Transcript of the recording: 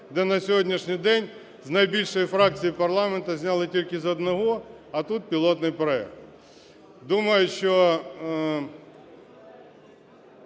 де на сьогоднішній день з найбільшої фракції парламенту зняли тільки з одного, а тут – пілотний проект. Думаю, що